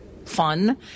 fun